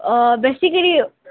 ଓ ବେଶୀକିରି